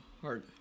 hard